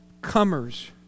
comers